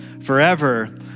forever